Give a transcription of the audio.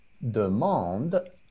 demande